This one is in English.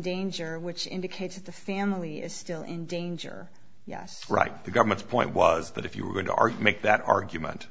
danger which indicates that the family is still in danger yes right the government's point was that if you were going to argue make that argument